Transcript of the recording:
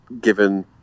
given